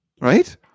Right